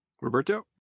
Roberto